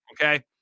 okay